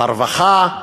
ברווחה,